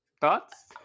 Thoughts